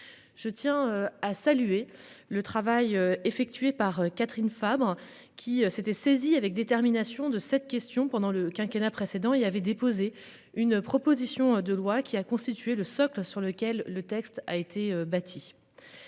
Je tiens à saluer le travail effectué par Catherine Fabre qui s'était saisi avec détermination, de cette question pendant le quinquennat précédent. Il avait déposé une proposition de loi qui a constitué le socle sur lequel le texte a été bâti.